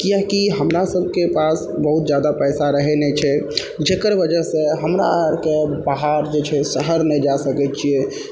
किआकि हमरा सभके पास बहुत जादा पैसा रहै नहि छै जकर वजहसँ हमरा आरके बाहर जे छै शहर नहि जा सकै छियै